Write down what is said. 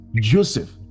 Joseph